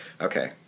Okay